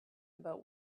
about